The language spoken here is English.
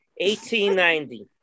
1890